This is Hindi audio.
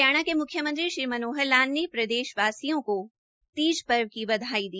हरियाणा के मुख्यमंत्री श्री मनोहर लाल ने प्रदेश वासियों को तीज पर्व की बधाई दी